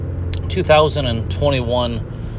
2021